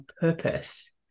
purpose